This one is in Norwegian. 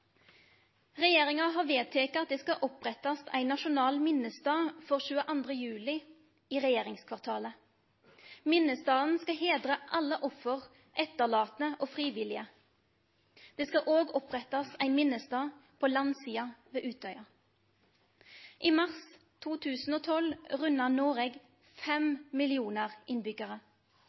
Regjeringa har vedteke at det skal opprettast ein nasjonal minnestad for 22. juli i regjeringskvartalet. Minnestaden skal heidre alle offer, etterlatne og frivillige. Det skal òg opprettast ein minnestad på landsida ved Utøya. I mars 2012 runda Noreg fem millionar